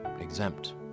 exempt